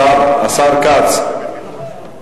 השר כץ,